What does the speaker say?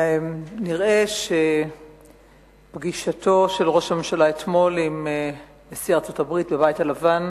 נראה שפגישתו של ראש הממשלה אתמול עם נשיא ארצות-הברית בבית הלבן